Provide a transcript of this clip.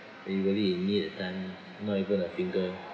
we really in need that time not even a finger